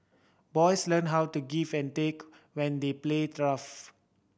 boys learn how to give and take when they play rough